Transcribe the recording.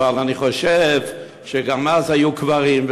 אבל אני חושב שגם אז היו קברים,